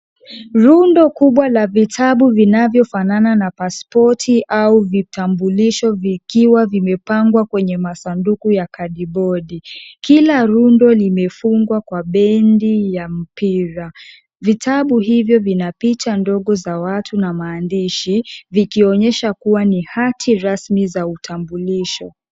Rundo, kubwa la vitabu vinavyofanana na pasipoti au vitambulisho vikiwa vimepangwa kwenye masanduku ya kadi bodi. Kila rundo limefungwa kwa bendi, ya mpira. Vitabu hivyo vinapicha ndogo za watu na maandishi, vikionyesha kuwa ni hati rasmi za utambulisho.